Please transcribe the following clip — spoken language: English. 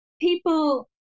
people